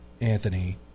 Anthony